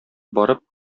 барып